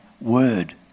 word